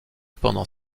pendant